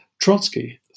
Trotsky